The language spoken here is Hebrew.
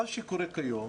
מה שקורה כיום